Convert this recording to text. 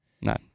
No